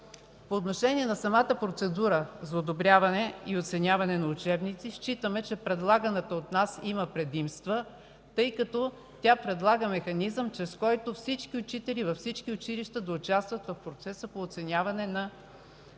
По отношение на самата процедура за одобряване и оценяване на учебници, считаме, че предлаганата от нас има предимство, тъй като предлага механизъм, по който всички учители във всички училища да участват в процеса по оценяване на проектите